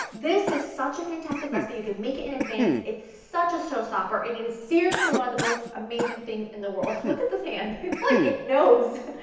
this is such a fantastic recipe you can make it in advance. it's such a showstopper, and it is seriously one of the most amazing things in the world. look at this hand, it's like it knows.